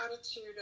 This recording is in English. attitude